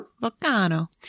Volcano